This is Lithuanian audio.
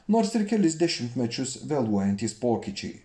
nors ir kelis dešimtmečius vėluojantys pokyčiai